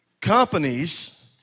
companies